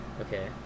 Okay